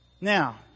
Now